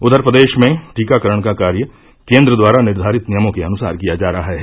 उधर प्रदेश में टीकाकरण का कार्य केन्द्र द्वारा निर्धारित नियमों के अनुसार किया जा रहा है